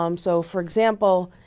um so, for example,